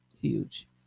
Huge